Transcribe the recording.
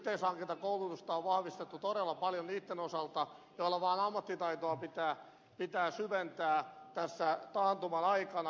myös yhteishankintakoulutusta on vahvistettu todella paljon niitten osalta joilla vaan ammattitaitoa pitää syventää tässä taantuman aikana